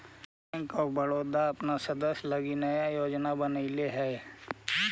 bank of Baroda अपन सदस्य लगी नया योजना बनैले हइ